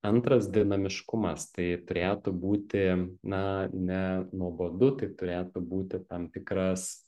antras dinamiškumas tai turėtų būti na ne nuobodu tai turėtų būti tam tikras